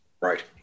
Right